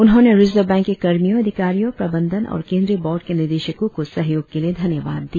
उन्होंने Reserve Bank के कर्मियों अधिकारियों प्रबंधन और केंद्रीय बोर्ड के निदेशकों को सहयोग के लिए धन्यवाद दिया